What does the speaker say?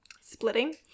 splitting